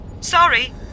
Sorry